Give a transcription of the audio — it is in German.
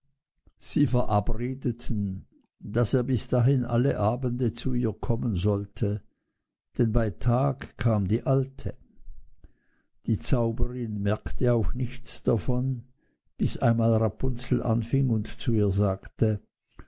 sie verabredeten daß er bis dahin alle abend zu ihr kommen sollte denn bei tag kam die alte die zauberin merkte auch nichts davon bis einmal rapunzel anfing und zu ihr sagte